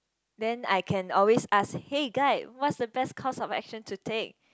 then I can always ask hey guide what is the best course of action to take